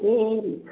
ए